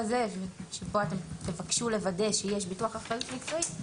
שבו אתם תבקשו לוודא שיש ביטוח אחריות מקצועי.